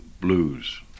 Blues